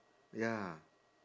ya